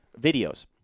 videos